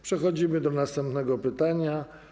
Przechodzimy do następnego pytania.